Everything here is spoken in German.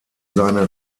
seine